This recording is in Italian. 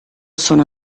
sono